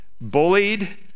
bullied